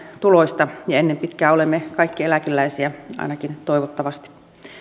tuloista ja ennen pitkää olemme kaikki eläkeläisiä ainakin toivottavasti